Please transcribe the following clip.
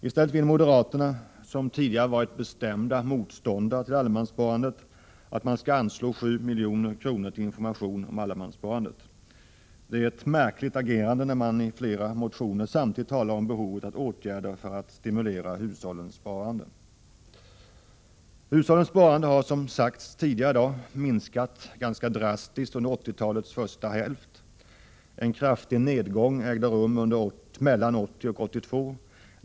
I stället vill moderaterna — som tidigare varit bestämda motståndare till allemanssparandet — att man skall anslå 7 milj.kr. till information om allemanssparandet. Det är ett märkligt agerande att, som man gör i flera motioner, samtidigt tala om behovet av åtgärder för att stimulera hushållens sparande. Hushållens sparande har, som sagts tidigare i dag, minskat ganska drastiskt under 1980-talets första hälft. En kraftig nedgång ägde rum mellan 1980 och 1982.